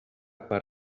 per